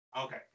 Okay